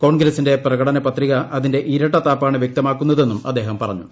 കോൺഗ്രസിന്റെ പ്രകടന പത്രിക അതിന്റെ ഇരട്ടത്താപ്പാണ് വ്യക്തമാക്കുന്നതെന്നും അദ്ദേഹം പറഞ്ഞു